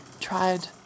tried